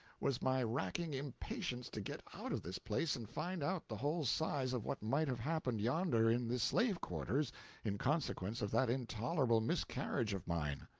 was my racking impatience to get out of this place and find out the whole size of what might have happened yonder in the slave-quarters in consequence of that intolerable miscarriage of mine.